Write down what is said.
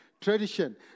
Tradition